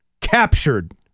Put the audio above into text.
captured